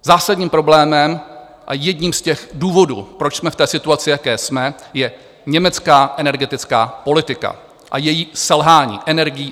Zásadním problémem a jedním z těch důvodů, proč jsme v té situaci, v jaké jsme, je německá energetická politika a její selhání energií .